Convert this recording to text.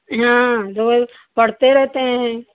हाँ वही पढ़ते रहते हैं